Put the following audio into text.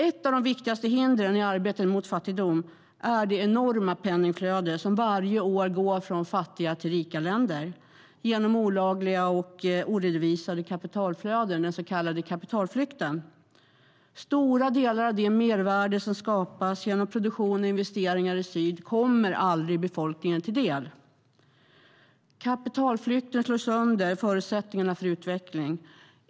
Ett av de viktigaste hindren i arbetet mot fattigdom är det enorma penningflöde som varje år går från fattiga till rika länder med hjälp av olagliga och oredovisade kapitalflöden, den så kallade kapitalflykten. Stora delar av det mervärde som skapas genom produktion och investeringar i syd kommer aldrig befolkningen till del. Kapitalflykten slår sönder förutsättningarna för utveckling.